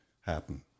happen